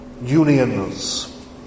unions